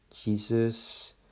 Jesus